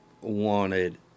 wanted